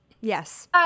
yes